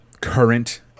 Current